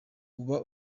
uba